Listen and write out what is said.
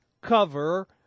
cover